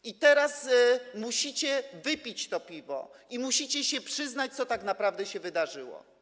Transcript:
I teraz musicie wypić to piwo i musicie się przyznać, co tak naprawdę się wydarzyło.